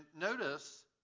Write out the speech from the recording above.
notice